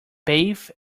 bathe